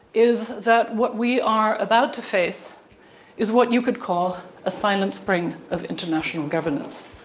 is that what we are about to face is what you could call a silent spring of international governance.